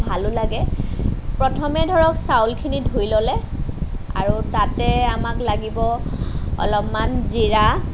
ভালো লাগে প্ৰথমে ধৰক চাউলখিনি ধুই ল'লে আৰু তাতে আমাক লাগিব অলপমান জিৰা